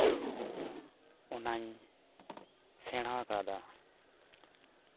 ᱚᱱᱟᱧ ᱥᱮᱬᱟ ᱠᱟᱣᱫᱟ